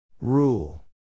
Rule